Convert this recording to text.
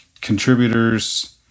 contributors